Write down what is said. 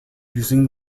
using